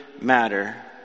matter